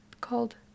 called